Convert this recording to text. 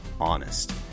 honest